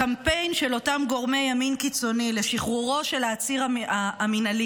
הקמפיין של אותם גורמי ימין קיצוני לשחרורו של העציר המינהלי,